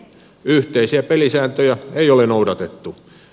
yhteisiä pelisääntöjä ei ole noudatettu